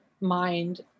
mind